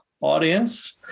audience